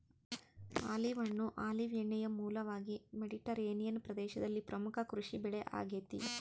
olive ಹಣ್ಣು olive ಎಣ್ಣೆಯ ಮೂಲವಾಗಿ ಮೆಡಿಟರೇನಿಯನ್ ಪ್ರದೇಶದಲ್ಲಿ ಪ್ರಮುಖ ಕೃಷಿಬೆಳೆ ಆಗೆತೆ